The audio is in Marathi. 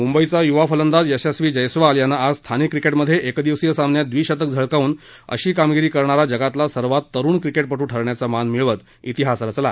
मुंबईचा युवा फलंदाज यशस्वी जैस्वाल यानं आज स्थानिक क्रिकेटमधे एकदिवसीय सामन्यात द्विशतक झळकवून अशी कामगिरी करणारा जगातला सर्वात तरुण क्रिकेटपटू ठरण्याचा मान मिळवत इतिहास रचला